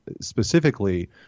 specifically